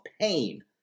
pain